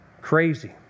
Crazy